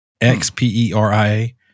X-P-E-R-I-A